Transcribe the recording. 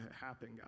happen